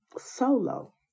solo